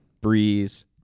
Breeze